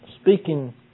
Speaking